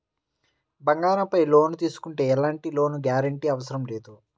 బంగారంపై లోను తీసుకుంటే ఎలాంటి లోను గ్యారంటీ అవసరం లేదు